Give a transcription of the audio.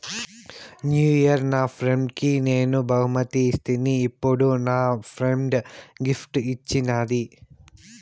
new year నా ఫ్రెండ్కి నేను బహుమతి ఇస్తిని, ఇప్పుడు నా ఫ్రెండ్ గిఫ్ట్ ఇచ్చిన్నాది